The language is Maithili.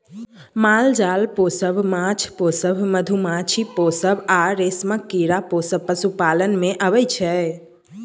माल जाल पोसब, माछ पोसब, मधुमाछी पोसब आ रेशमक कीरा पोसब पशुपालन मे अबै छै